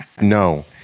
No